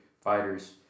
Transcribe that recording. fighters